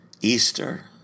Easter